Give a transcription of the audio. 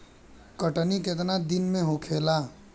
कटनी केतना दिन में होखेला?